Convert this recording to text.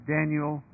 Daniel